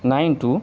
nine two